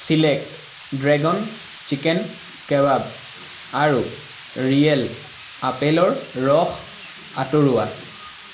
select dragon chicken কেবাব আৰু real আপেলৰ ৰস আঁতৰোৱা